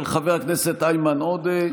של חבר הכנסת איימן עודה.